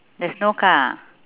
there's no car ah